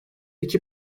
iki